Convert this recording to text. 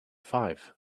five